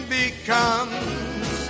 becomes